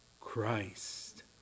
Christ